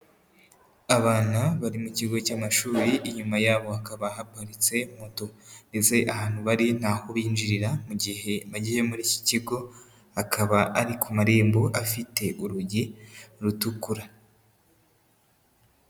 Abana bari mu kigo cy'amashuri inyuma yabo hakaba haparitse moto ndetse ahantu bari ni aho binjirira mu gihe bagiye muri iki kigo, akaba ari ku marembo afite urugi rutukura.